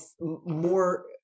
more